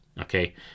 okay